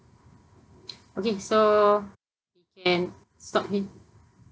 okay so we can stop here